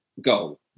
goal